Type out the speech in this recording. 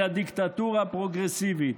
אלא דיקטטורה פרוגרסיבית.